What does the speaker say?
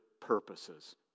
purposes